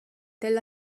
tel